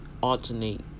alternate